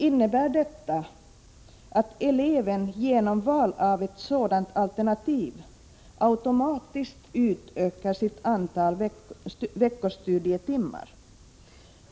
Innebär detta att eleven genom val av ett sådant alternativ automatiskt utökar sitt antal veckostudietimmar?